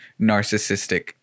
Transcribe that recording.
narcissistic